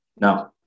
No